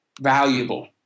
valuable